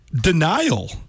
denial